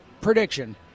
prediction